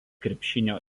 krepšinio